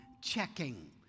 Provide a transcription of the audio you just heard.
checking